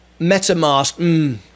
MetaMask